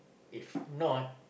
if not